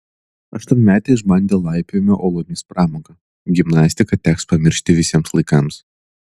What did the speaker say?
aštuonmetė išbandė laipiojimo uolomis pramogą gimnastiką teks pamiršti visiems laikams